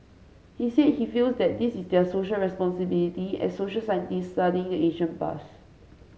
he said he feels that this is their Social Responsibility as social scientists studying the ancient past